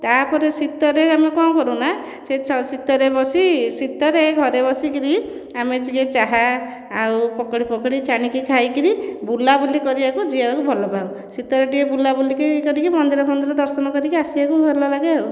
ତା'ପରେ ଶୀତରେ ଆମେ କ'ଣ କରୁନା ସେ ଶୀତରେ ବସି ଶୀତରେ ଘରେ ବସିକରି ଆମେ ଟିକିଏ ଚାହା ଆଉ ପକୋଡ଼ି ଫକଡି ଛାଣିକି ଖାଇକିରି ବୁଲାବୁଲି କରିବାକୁ ଯିବାକୁ ଭଲ ପାଉ ଶୀତରେ ଟିକିଏ ବୁଲା ବୁଲି କରିକି ମନ୍ଦିର ଫନ୍ଦିର ଦର୍ଶନ କରିକି ଆସିବାକୁ ଭଲ ଲାଗେ ଆଉ